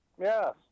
Yes